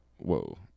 Whoa